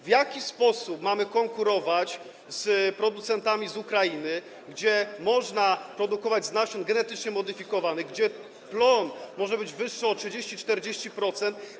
W jaki sposób mamy konkurować z producentami z Ukrainy, gdzie można produkować z nasion genetycznie modyfikowanych, gdzie plon może być wyższy o 30%, 40%?